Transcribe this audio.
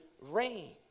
rain